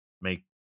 make